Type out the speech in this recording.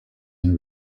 and